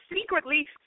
secretly